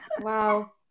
Wow